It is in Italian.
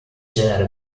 genere